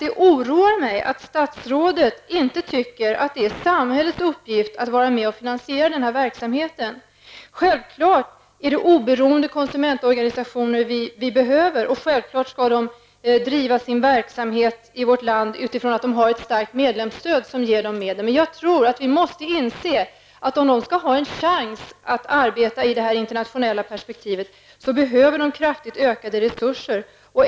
Det oroar mig att statsrådet inte anser det vara samhällets uppgift att bidra till att finansiera denna verksamhet. Självfallet behöver vi oberoende konsumentorganisationer som skall bedriva sin verksamhet utifrån ett starkt medlemsstöd som tillförsäkrar organisationerna medel. Men vi måste inse att om dessa organisationer skall ha en chans att arbeta i ett internationellt perspektiv behöver de kraftigt ökade resurser.